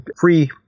free